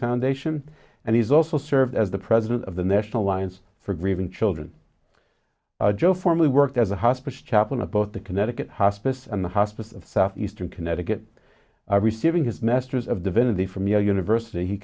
foundation and he's also served as the president of the national alliance for grieving children joe formally worked as a hospice chaplain at both the connecticut hospice and the hospice of southeastern connecticut are receiving his masters of divinity from the university he